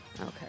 Okay